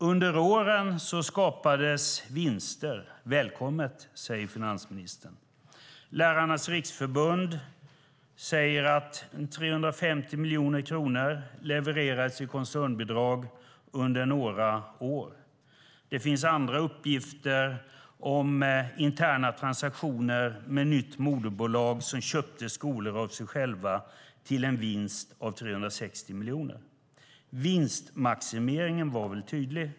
Under åren skapades vinster. Det är välkommet, säger finansministern. Lärarnas Riksförbund säger att 350 miljoner kronor levererades i koncernbidrag under några år. Det finns uppgifter om interna transaktioner med nytt moderbolag som köpte skolor av sig självt med en vinst på 360 miljoner. Vinstmaximeringen var tydlig.